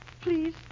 Please